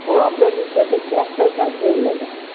हो आपल्याला त्याच्यात डॉक्टरना श्रेय जातं